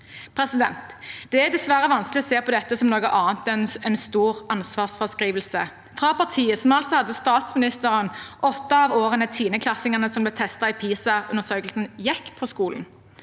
for skjerm. Det er dessverre vanskelig å se på dette som noe annet enn en stor ansvarsfraskrivelse fra partiet som altså hadde statsministeren i åtte av årene tiendeklassingene som ble testet i PISA-undersøkelsen, gikk på skolen.